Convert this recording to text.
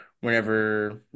whenever